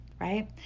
Right